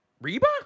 Reba